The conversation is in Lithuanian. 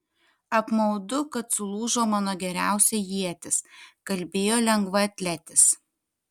apmaudu kad sulūžo mano geriausia ietis kalbėjo lengvaatletis